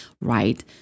right